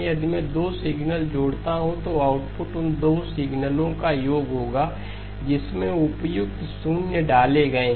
यदि मैं 2 सिग्नल जोड़ता हूं तो आउटपुट उन 2 सिग्नलों का योग होगा जिसमें उपयुक्त शून्य डाले गए हैं